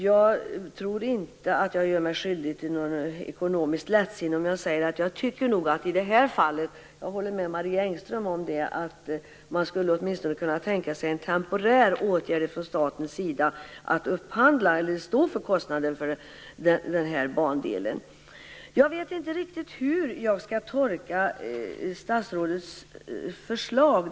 Jag tror inte att jag gör mig skyldigt till något ekonomiskt lättsinne om jag säger att jag tycker att man åtminstone skulle kunna tänka sig att som en temporär åtgärd upphandla och stå för kostnaden för den här bandelen. Jag håller med Marie Engström om det. Jag vet inte riktigt hur jag skall tolka statsrådets förslag.